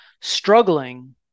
struggling